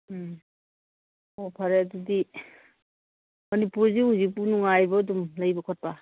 ꯎꯝ ꯑꯣ ꯐꯔꯦ ꯑꯗꯨꯗꯤ ꯃꯅꯤꯄꯨꯔꯁꯤ ꯍꯧꯖꯤꯛꯄꯨ ꯅꯨꯡꯉꯥꯏꯔꯤꯕ ꯑꯗꯨꯝ ꯂꯩꯕ ꯈꯣꯠꯄ